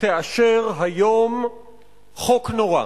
תאשר היום חוק נורא,